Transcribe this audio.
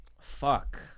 fuck